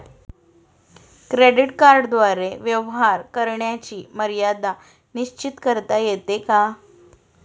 Credit कार्डद्वारे व्यवहार करण्याची मर्यादा निश्चित करता येते का?